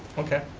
okay,